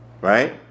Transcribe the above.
right